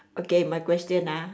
okay my question ah